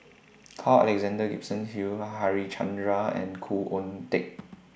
Carl Alexander Gibson Hill Harichandra and Khoo Oon Teik